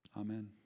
Amen